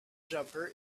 jumper